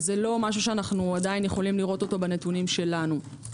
זה לא משהו שאנו יכולים לראותו בנתונים שלנו.